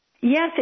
Yes